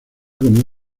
con